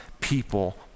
people